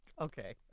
Okay